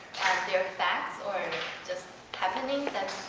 they're facts or just happening that